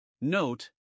Note